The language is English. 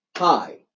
Hi